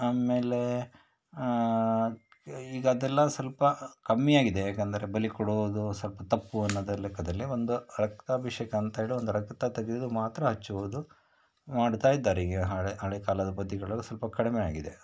ಆಮೇಲೆ ಈಗ ಅದೆಲ್ಲ ಸ್ವಲ್ಪ ಕಮ್ಮಿಯಾಗಿದೆ ಯಾಕಂದರೆ ಬಲಿ ಕೊಡುವುದು ಸ್ವಲ್ಪ ತಪ್ಪು ಅನ್ನೋದ್ರ ಲೆಕ್ಕದಲ್ಲಿ ಒಂದು ರಕ್ತಾಭಿಷೇಕ ಅಂತ ಹೇಳಿ ಒಂದು ರಕ್ತ ತಗಿದು ಮಾತ್ರ ಹಚ್ಚುವುದು ಮಾಡ್ತಾ ಇದ್ದಾರೆ ಈಗ ಹಳೆಯ ಹಳೆಯ ಕಾಲದ ಪದ್ಧತಿಗಳೆಲ್ಲ ಈಗ ಸ್ವಲ್ಪ ಕಡಿಮೆ ಆಗಿದೆ